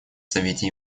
совете